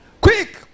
Quick